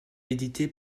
édité